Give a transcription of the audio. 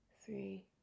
three